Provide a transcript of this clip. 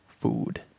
food